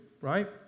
right